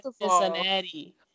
Cincinnati